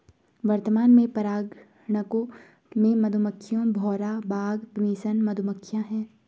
वर्तमान में परागणकों में मधुमक्खियां, भौरा, बाग मेसन मधुमक्खियाँ है